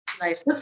Nice